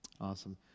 Awesome